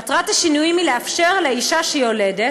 מטרת השינויים היא לאפשר לאישה שיולדת